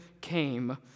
came